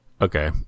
okay